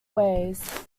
ways